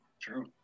True